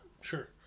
sure